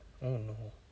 oh no